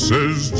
Says